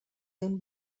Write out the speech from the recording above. این